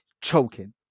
choking